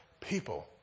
People